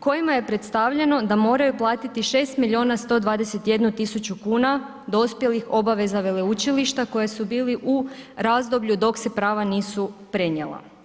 kojima je predstavljeno da moraju platiti 6 milijuna 121 000 kuna dospjelih obaveza veleučilišta koje su bili u razdoblju dok se prava nisu prenijela.